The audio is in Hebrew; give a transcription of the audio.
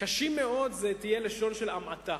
קשים מאוד, וזו תהיה לשון המעטה.